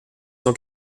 cent